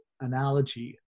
analogy